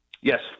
Yes